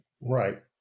Right